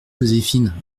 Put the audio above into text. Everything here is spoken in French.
joséphine